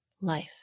life